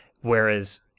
whereas